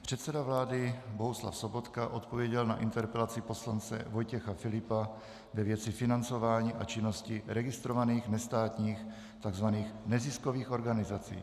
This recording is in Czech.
Předseda vlády Bohuslav Sobotka odpověděl na interpelaci poslance Vojtěcha Filipa ve věci financování a činnosti registrovaných nestátních tzv. neziskových organizací.